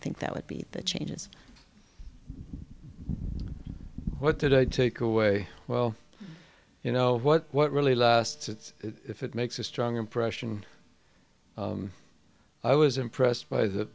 think that would be the changes what did i take away well you know what what really lasts it's if it makes a strong impression i was impressed by th